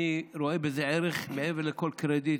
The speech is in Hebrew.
אני רואה בזה ערך מעבר לכל קרדיט.